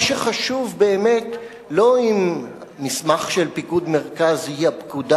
מה שחשוב באמת הוא לא האם מסמך של פיקוד מרכז הוא הפקודה